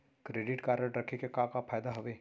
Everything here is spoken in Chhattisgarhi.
क्रेडिट कारड रखे के का का फायदा हवे?